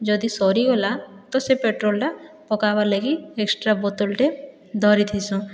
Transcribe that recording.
ଯଦି ସରିଗଲା ତ ସେ ପେଟ୍ରୋଲ ଟା ପକାବାର୍ ଲାଗି ଏକ୍ସଟ୍ରା ବୋତଲଟେ ଧରିଥିସୁଁ